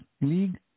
league